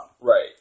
Right